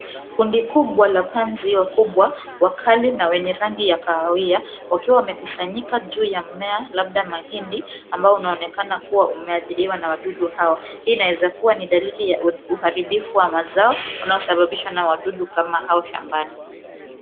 Kundi kubwa la panzi wakubwa wakali na wenye rangi ya kahawia wakiwa wamekusanyika juu ya mmea labda mahindi ambao unaonekana kuwa umeadhiriwa na wadudu hawa. Hii inaweza kuwa ni dalili ya uharibifu wa mazao unaosababishwa na wadudu kama hao shambani.